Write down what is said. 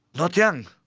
not young!